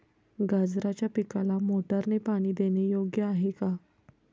गाजराच्या पिकाला मोटारने पाणी देणे योग्य आहे का?